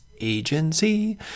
Agency